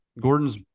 Gordon's